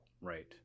Right